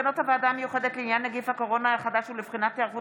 מסקנות הוועדה המיוחדת לעניין נגיף הקורונה החדש ולבחינת היערכות